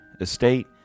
estate